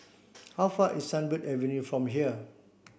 how far is Sunbird Avenue from here